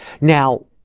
now